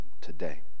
today